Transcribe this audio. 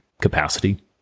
capacity